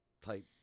type